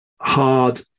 hard